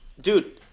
Dude